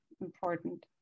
important